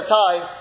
time